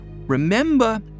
Remember